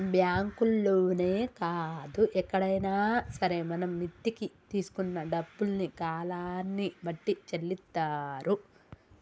బ్యాంకుల్లోనే కాదు ఎక్కడైనా సరే మనం మిత్తికి తీసుకున్న డబ్బుల్ని కాలాన్ని బట్టి చెల్లిత్తారు